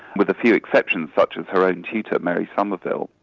with a few exceptions such as her own tutor mary sommerville.